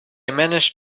managed